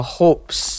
hopes